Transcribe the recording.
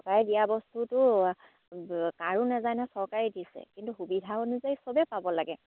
চৰকাৰে দিয়া বস্তুটো কাৰো নাযায় নহয় চৰকাৰে দিছে কিন্তু সুবিধা অনুযায়ী সবেই পাব লাগে